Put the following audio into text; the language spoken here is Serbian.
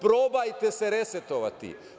Probajte se resetovati.